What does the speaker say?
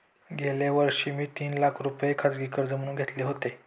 गेल्या वर्षी मी तीन लाख रुपये खाजगी कर्ज म्हणून घेतले होते